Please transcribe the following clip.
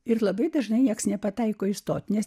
ir labai dažnai niekas nepataiko įstoti nes